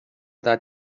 that